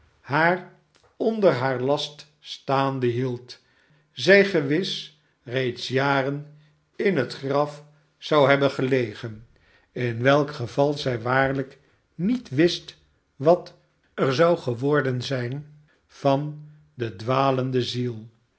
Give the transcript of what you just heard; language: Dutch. haar onder haar last staande hield zij gewis reeds jarenin het graf zou hebben gelegen in welk geval zij waarlijk niet wist wat er zou geworden zijn van de dwalende ziel